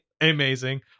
Amazing